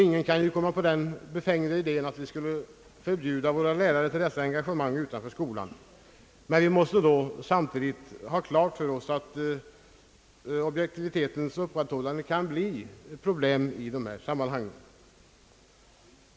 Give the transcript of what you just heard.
Ingen kan ju komma på den befängda idén att vi skulle förbjuda våra lärare sådana engagemang utanför skolan, men vi måste då samtidigt ha klart för oss att objektivitetens upprätthållande i sådana fall kan bli ett problem.